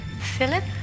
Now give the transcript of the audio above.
Philip